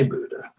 Buddha